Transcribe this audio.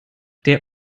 der